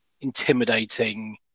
intimidating